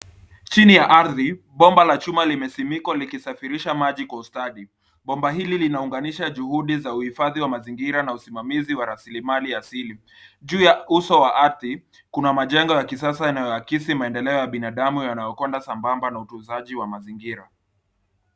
Chini ya ardhi, bomba la chuma limesimikwa likisafirisha maji kwa ustadi. Bomba hili linaunganishi juhudi za uhifadhi wa mazingira na usimamizi wa rasilimali asili. Juu ya uso wa ardhi, kuna majengo ya kisasa yanayoakisi maendeleo ya binadamu yanayokwenda sambamba na utunzaji wa mazingira.